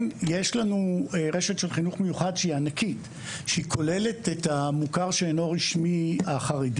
יש לנו רשת של חינוך מיוחד ענקית שכוללת את המוכר שאינו רשמי החרדי